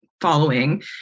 following